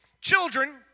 children